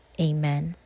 amen